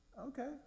Okay